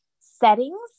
settings